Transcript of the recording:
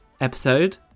episode